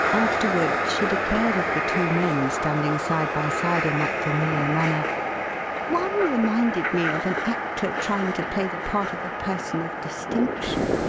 afterward she declared of the two men standing side by side in that familiar manner one reminded me of an actor trying to play the part of a person of distinction,